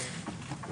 כפי שציינת.